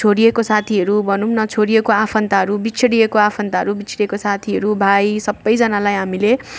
छोडिएको साथीहरू भनौँ न छोडिएको आफन्तहरू बिछोडिएको आफन्तहरू बिछोडिएको साथीहरू भाइ सबजनालाई हामीले